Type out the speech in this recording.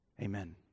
amen